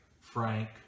frank